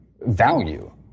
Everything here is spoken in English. value